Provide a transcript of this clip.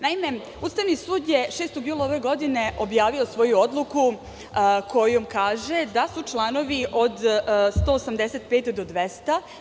Naime, Ustavni sud je 6. jula ove godine objavio svoju odluku kojom kaže da su članovi od 185. do 200.